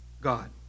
God